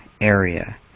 area